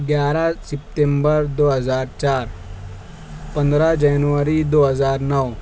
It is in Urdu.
گیارہ سپتمبر دو ہزار چار پندرہ جنوری دو ہزار نو